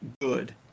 good